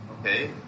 okay